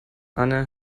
anne